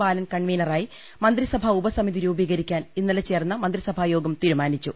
ബാലൻ കൺവീനറായി മന്ത്രിസഭാ ഉപ സമിതി രൂപീകരിക്കാൻ ഇന്നലെ ചേർന്ന മന്ത്രിസഭാ യോഗം തീരു മാനിച്ചു